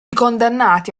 condannati